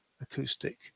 acoustic